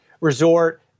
resort